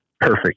perfect